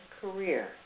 career